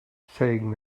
saying